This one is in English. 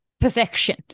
Perfection